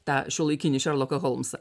tą šiuolaikinį šerloką holmsą